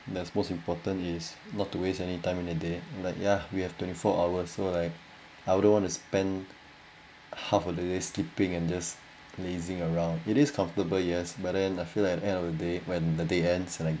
that's most important is not to waste any time in the day like yeah we have twenty four hour so like I wouldn't want to spend half a day sleeping and just lazing around it is comfortable yes but then I feel like end of the day when the day ends like